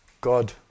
God